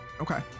Okay